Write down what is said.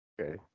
Okay